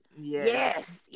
yes